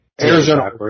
Arizona